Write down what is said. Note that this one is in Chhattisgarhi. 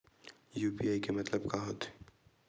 यू.पी.आई के मतलब का होथे?